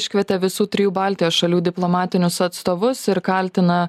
iškvietė visų trijų baltijos šalių diplomatinius atstovus ir kaltina